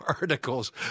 articles